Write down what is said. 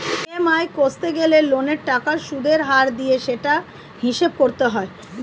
EMI কষতে গেলে লোনের টাকার সুদের হার দিয়ে সেটার হিসাব করতে হয়